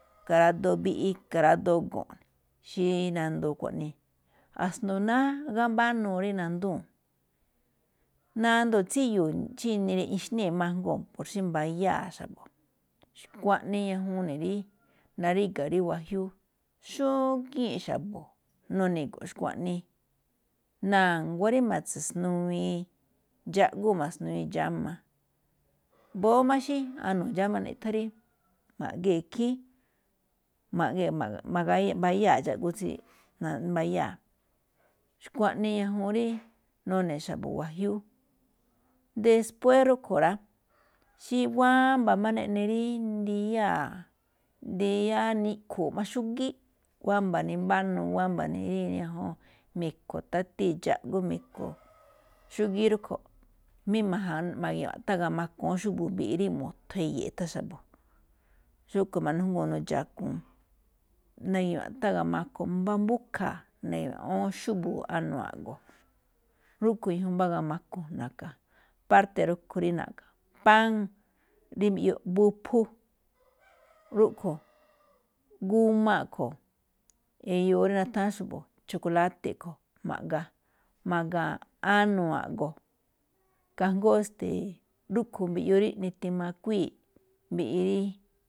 i̱ka̱ radoo mbiꞌi, i̱ka̱ radoo go̱nꞌ, xí nandoo xkuaꞌnii, asndo náá gámbánuu rí nandúu̱n, nandóo̱ tsíyuu̱ xí nixnée̱ máꞌ ajngóo̱, xí mbayáa̱ xa̱bo̱, xkuaꞌnii ñajuun ne̱ rí, naríga̱ rí wajiúú, xógíin xa̱bo̱, nu̱ni̱gu̱nꞌ xkuaꞌnii. Na̱nguá rí ma̱tse̱nuwiin dxáꞌgú, ma̱tse̱nuwiin dxáma. Mbóó máꞌ anu̱u̱ dxáma niꞌthán rí ma̱ꞌgee̱ ikhín, mbayáa̱ dxaꞌgú tsí mbayáa̱, xkuaꞌnii ñajuun rí none̱ xa̱bo̱ wajiúú. Después rúꞌkhue̱n rá, xí wámba̱ máꞌ neꞌne rí, ndiyáa̱, ndiyáá niꞌkhu̱u̱ máꞌ xúgíí, wámba̱ nimbanuu, wámba̱ rí ñajuun me̱kho̱ tátíi dxáꞌgú me̱kho̱, xúgíí rúꞌkhue̱n jamí ma̱gi̱wa̱nꞌ tháan gamaku awúun xúbo̱o̱ mbiꞌi rí mu̱thon i̱yi̱i̱ꞌ ithan xabo̱. Xúꞌkhue̱n máꞌ ma̱nújngúu̱n inuu dxakuun, na̱gi̱wa̱nꞌ tháan gamaku, mbá mbúkha̱a̱ na̱gi̱wa̱nꞌ ná awúun xúbo̱o̱ anu̱u̱ a̱ꞌgo̱. Rúꞌkhue̱n ñajuun mbá gamaku na̱ka̱, parte̱ rúꞌkhue̱n na̱ꞌkha̱ páán rí mbiyuu wuphu, rúꞌkhue̱n g a a̱ꞌkhue̱n eyoo rí nutháán xa̱bo̱ chokoláte̱ a̱ꞌkhue̱n ma̱ꞌga, ma̱ga̱a̱n anu̱u̱ a̱ꞌgo̱ kajngó stee, rúꞌkhue̱n mbiꞌyuu rí nitiamakuíi̱ꞌ mbiꞌi rí.